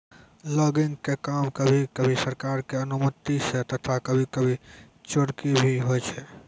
logging के काम कभी कभी सरकार के अनुमती सॅ तथा कभी कभी चोरकी भी होय छै